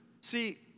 See